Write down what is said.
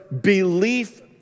belief